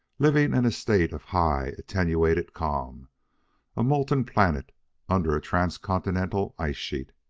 living in a state of high, attenuated calm a molten planet under a transcontinental ice sheet.